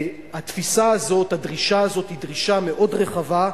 התפיסה הזו, הדרישה הזו, היא דרישה מאוד רחבה,